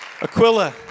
Aquila